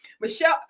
Michelle